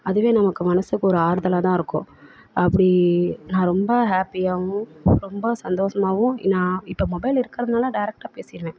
அதுவே நமக்கு மனதுக்கு ஒரு ஆறுதலாக தான் இருக்கும் அப்படி நான் ரொம்ப ஹேப்பியாகவும் ரொம்ப சந்தோஷமாவும் நான் இப்போ மொபைல் இருக்கிறதுனால டேரெக்ட்டாக பேசிவிடுவேன்